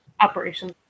Operations